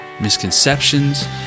misconceptions